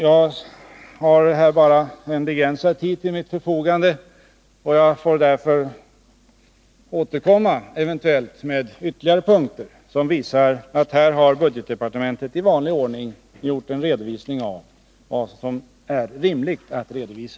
Jag har här bara en begränsad tid till mitt förfogande, och jag får därför eventuellt återkomma med ytterligare punkter som visar att budgetdepartementet i vanlig ordning gjort en redovisning av vad som är rimligt att redovisa.